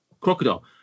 Crocodile